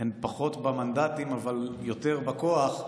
שהן פחות במנדטים, אבל יותר בכוח,